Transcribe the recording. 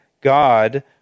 God